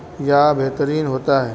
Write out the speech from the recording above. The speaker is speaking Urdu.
یا بہترین ہوتا ہے